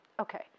Okay